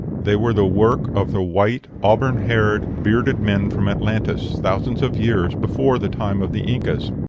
they were the work of the white, auburn-haired, bearded men from atlantis, thousands of years before the time of the incas.